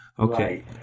Okay